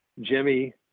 Jimmy